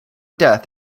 death